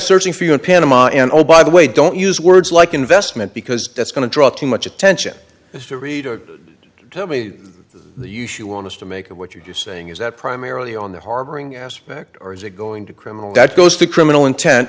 searching for you in panama and oh by the way don't use words like investment because that's going to draw too much attention to reader tell me the usual honest to make of what you're saying is that primarily on the harboring aspect or is it going to criminal that goes to criminal intent